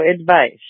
advice